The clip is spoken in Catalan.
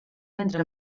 entre